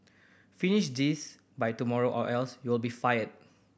finish this by tomorrow or else you'll be fired